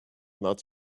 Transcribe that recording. not